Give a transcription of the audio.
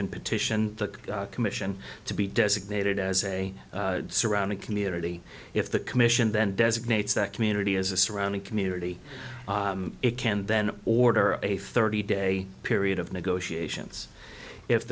can petition the commission to be designated as a surrounding community if the commission then designates that community as a surrounding community it can then order a thirty day period of negotiations if